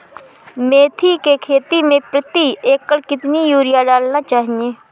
मेथी के खेती में प्रति एकड़ कितनी यूरिया डालना चाहिए?